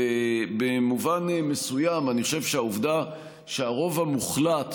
במובן מסוים אני חושב שהעובדה שהרוב המוחלט